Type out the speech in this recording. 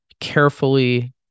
carefully